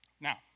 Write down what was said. Now